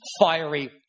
fiery